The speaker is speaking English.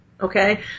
Okay